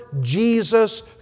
Jesus